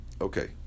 Okay